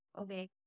okay